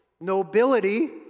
Nobility